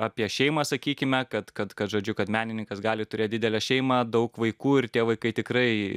apie šeimą sakykime kad kad kad žodžiu kad menininkas gali turėti didelę šeimą daug vaikų ir tie vaikai tikrai